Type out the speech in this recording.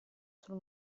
sul